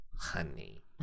honey